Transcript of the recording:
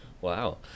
Wow